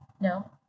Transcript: No